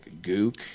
gook